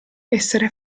essere